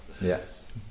Yes